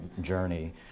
Journey